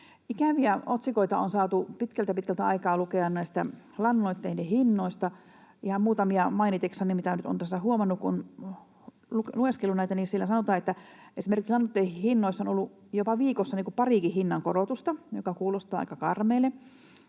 Ikäviä otsikoita on saatu pitkältä pitkältä aikaa lukea lannoitteiden hinnoista. Ihan muutamia mainitakseni, mitä nyt olen tässä huomannut, kun olen lueskellut näitä, niin siellä sanotaan esimerkiksi, että lannoitteiden hinnoissa on ollut jopa viikossa parikin hinnankorotusta — mikä kuulostaa aika karmealle.